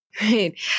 right